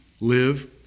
live